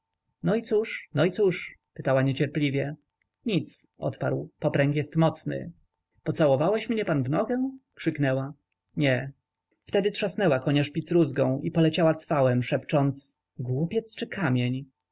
no i cóż no i cóż pytała niecierpliwie nic odparł popręg jest mocny pocałowałeś mnie pan w nogę krzyknęła nie wtedy trzasnęła konia spicrózgą i poleciała cwałem szepcząc głupiec czy kamień